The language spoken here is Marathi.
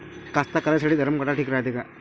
कास्तकाराइसाठी धरम काटा ठीक रायते का?